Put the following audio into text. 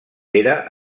era